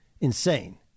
insane